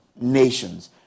nations